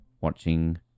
watching